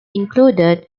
included